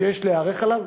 ויש להיערך אליו,